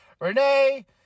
Renee